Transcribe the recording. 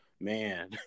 man